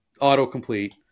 autocomplete